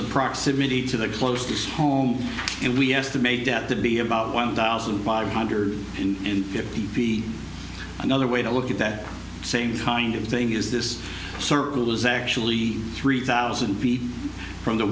of proximity to the close to his home and we estimate that to be about one thousand five hundred in another way to look at that same kind of thing is this circle is actually three thousand feet from the